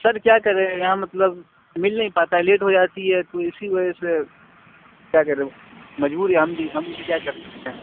سر کیا کریں یہاں مطلب مل نہیں پاتا ہے لیٹ ہو جاتی ہے تو اسی وجہ سے کیا کرے مجبور ہے ہم بھی ہم بھی کیا کر سکتے ہیں